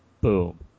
boom